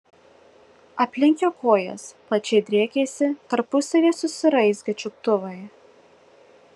aplink jo kojas plačiai driekėsi tarpusavyje susiraizgę čiuptuvai